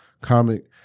comic